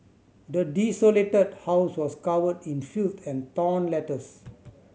the desolated house was covered in filth and torn letters